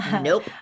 nope